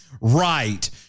Right